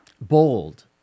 Bold